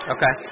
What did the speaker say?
Okay